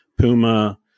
Puma